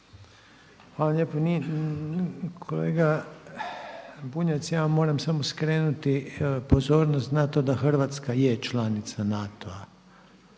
(HDZ)** Kolega Bunjac, ja vam moram samo skrenuti pozornost na to da Hrvatska je članica NATO-a.